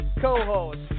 co-host